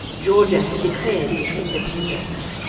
georgia had declared its independence.